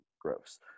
gross